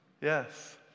Yes